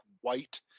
white